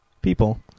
people